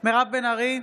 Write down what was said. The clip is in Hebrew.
מירב בן ארי,